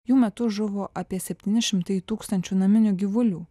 jų metu žuvo apie septyni šimtai tūkstančių naminių gyvulių